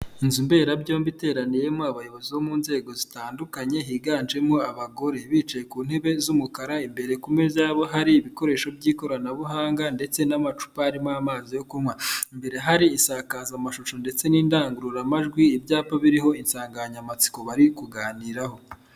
Inzumberabyombi iteraniyemo abayobozi bo mu nzego zitandukanye higanjemo abagore, bicaye ku ntebe z'umukara imbere ku meza yabo hari ibikoresho by'ikoranabuhanga ndetse n'amacupa harimo amazi yo kunywa. Imbere hari isakazamashusho ndetse n'indangururamajwi, ibyapa biriho insanganyamatsiko bari kuganiraho.